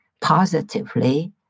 positively